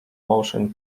motion